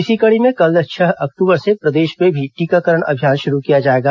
इसी कड़ी में कल छह अक्टूबर से प्रदेश में भी टीकाकरण अभियान शुरू किया जाएगा